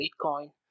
Bitcoin